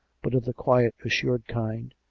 but of the quiet, assured kind,